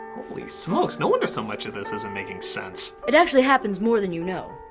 holy smokes, no wonder so much of this isn't making sense. it actually happens more than you know.